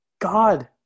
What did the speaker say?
God